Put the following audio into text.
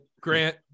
grant